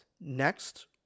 Next